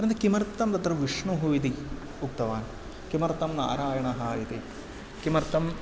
परन्तु किमर्थं तत्र विष्णुः इति उक्तवान् किमर्ह्ं नारायणः इति किमर्थम्